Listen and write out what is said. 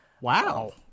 Wow